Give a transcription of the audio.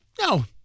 no